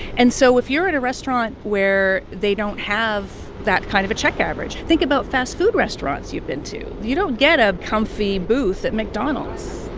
and so if you're at a restaurant where they don't have that kind of a check average think about fast-food restaurants you've been to. you don't get a comfy booth at mcdonald's.